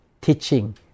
teaching